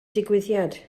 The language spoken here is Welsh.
digwyddiad